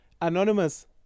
anonymous